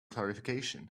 clarification